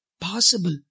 possible